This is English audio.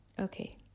Okay